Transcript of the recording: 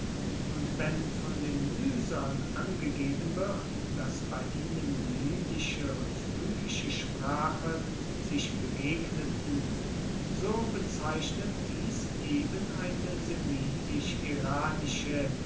und wenn von den mysern angegeben wird daß bei ihnen lydische und phrygische sprache sich begegneten so bezeichnet dies eben eine